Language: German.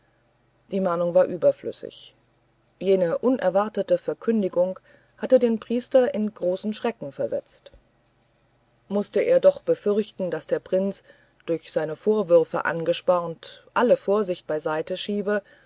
die mahnung war überflüssig jene unerwartete verkündigung hatte den priester in großen schrecken gestürzt mußte er doch befürchten daß der prinz durch seine vorwürfe angespornt alle vorsicht beiseite schiebe